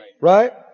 Right